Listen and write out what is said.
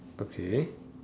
okay